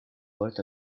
worth